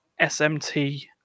SMT